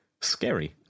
scary